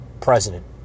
president